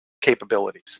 capabilities